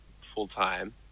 full-time